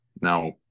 now